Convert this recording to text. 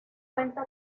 cuenta